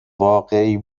واقعی